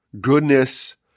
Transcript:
goodness